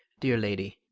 dear lady,